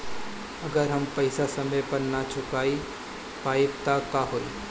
अगर हम पेईसा समय पर ना चुका पाईब त का होई?